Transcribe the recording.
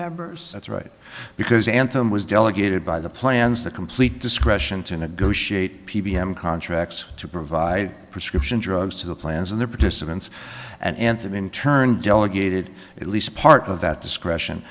members that's right because anthem was delegated by the plans the complete discretion to negotiate p b m contracts to provide prescription drugs to the plans and the participants and anthem in turn delegated at least part of that discretion